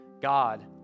God